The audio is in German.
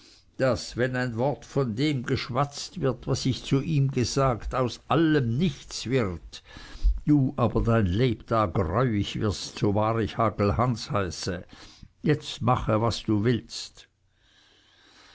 daß wenn ein wort von dem geschwatzt wird was ich ihm gesagt aus allem nichts wird du aber dein lebtag reuig wirst so wahr ich hagelhans heiße jetzt mache was du willst